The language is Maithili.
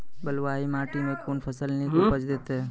बलूआही माटि मे कून फसल नीक उपज देतै?